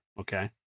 Okay